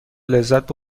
لذت